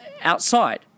outside